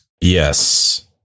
Yes